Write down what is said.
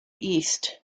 east